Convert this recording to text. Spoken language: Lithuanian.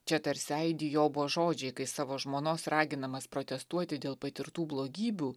čia tarsi aidi jobo žodžiai kai savo žmonos raginamas protestuoti dėl patirtų blogybių